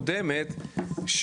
קודמת,